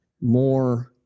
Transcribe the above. more